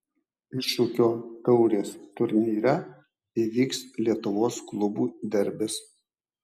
iššūkio taurės turnyre įvyks lietuvos klubų derbis